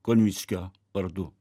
konvickio vardu